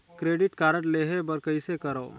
Credit card लेहे बर कइसे करव?